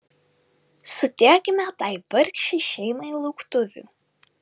sudėkime tai vargšei šeimai lauktuvių